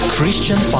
Christian